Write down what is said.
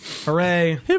Hooray